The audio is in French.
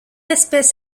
espèce